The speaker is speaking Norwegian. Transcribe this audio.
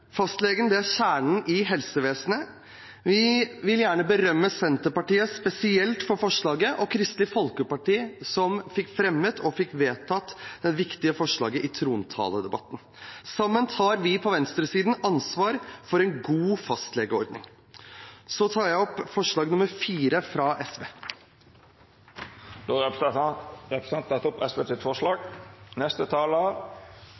Fastlegen er kjernen i helsevesenet. Vi vil gjerne berømme Senterpartiet spesielt for forslaget – og Kristelig Folkeparti, som fikk fremmet og vedtatt det viktige forslaget i trontaledebatten. Sammen tar vi på venstresiden ansvar for en god fastlegeordning. Jeg tar opp forslag nr. 4, fra SV. Representanten Nicholas Wilkinson har tatt opp